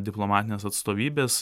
diplomatinės atstovybės